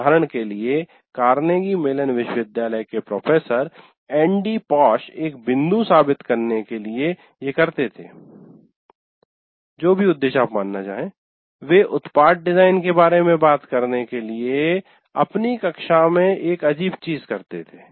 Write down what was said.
उदाहरण के लिए कार्नेगी मेलन विश्वविद्यालय के प्रोफेसर एंडी पॉश एक बिंदु साबित करने के लिए ये करते थे जो भी उद्देश्य आप मानना चाहे वे उत्पाद डिजाइन के बारे में बात करने के लिए अपनी कक्षा में एक अजीब चीज करते थे